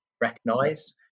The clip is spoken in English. recognize